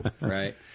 right